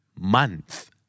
Month